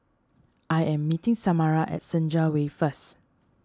I am meeting Samara at Senja Way first